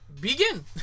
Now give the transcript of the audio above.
begin